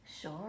Sure